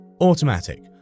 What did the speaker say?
automatic